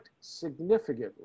significantly